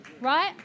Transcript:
Right